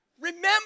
Remember